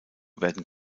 werden